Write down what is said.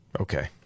okay